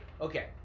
okay